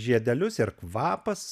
žiedelius ir kvapas